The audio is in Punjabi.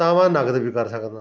ਤਾਂ ਮੈਂ ਨਗਦ ਵੀ ਕਰ ਸਕਦਾ